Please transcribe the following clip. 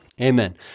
amen